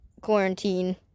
quarantine